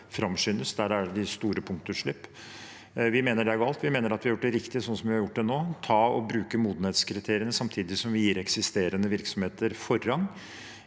Der er det store punktutslipp. Vi mener det er galt. Vi mener at vi har gjort det riktig sånn vi har gjort det nå: ved å bruke modenhetskriteriene samtidig som vi gir eksisterende virksomheter forrang